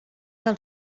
del